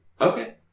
Okay